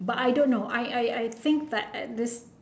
but I don't know I I I think that at this